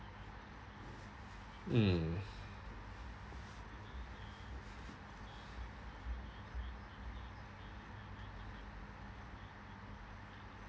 mm